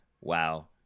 Wow